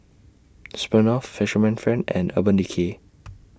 Smirnoff Fisherman's Friend and Urban Decay